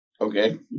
Okay